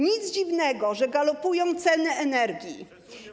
Nic dziwnego, że galopują ceny energii.